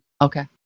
okay